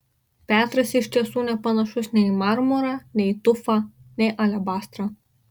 petras iš tiesų nepanašus nei į marmurą nei tufą nei alebastrą